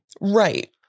Right